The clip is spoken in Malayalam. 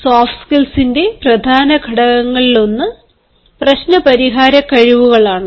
സോഫ്റ്റ് സ്കിൽസിന്റെ പ്രധാന ഘടകങ്ങളിലൊന്ന് പ്രശ്നപരിഹാര കഴിവുകളാണ്